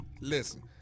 Listen